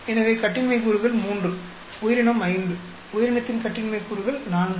எனவே கட்டின்மை கூறுகள் 3 உயிரினம் 5 உயிரினத்தின் கட்டின்மை கூறுகள் 4